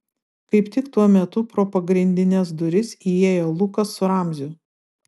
kaip tik tuo metu pro pagrindines duris įėjo lukas su ramziu